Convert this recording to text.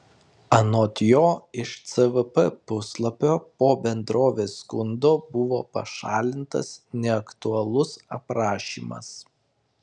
anot jo iš cvp puslapio po bendrovės skundo buvo pašalintas neaktualus aprašymas